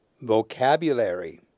Vocabulary